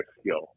skill